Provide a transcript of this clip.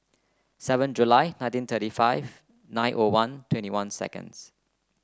seven July nineteen thirty five nine O one twenty one seconds